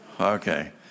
Okay